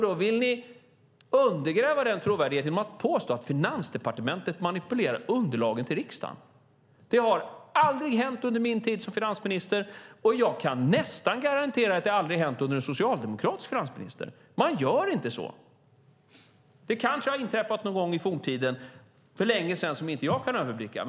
Då vill ni undergräva den trovärdigheten genom att påstå att Finansdepartementet manipulerar underlagen till riksdagen. Det har aldrig hänt under min tid som finansminister. Och jag kan nästan garantera att det aldrig har hänt under en socialdemokratisk finansministers tid. Man gör inte så. Det kanske har inträffat någon gång i forntiden, för länge sedan, under en tid som inte jag kan överblicka.